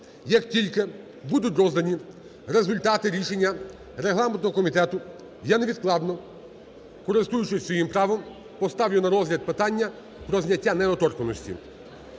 Як тільки будуть роздані результати рішення регламентного комітету, я невідкладно, користуючись своїм правом, поставлю на розгляд питання про зняття недоторканності.